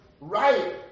right